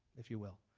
if you will.